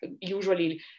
usually